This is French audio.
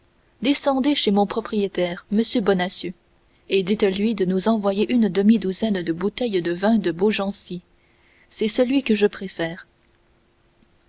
descendez chez mon propriétaire m bonacieux et dites-lui de nous envoyer une demidouzaine de bouteilles de vin de beaugency c'est celui que je préfère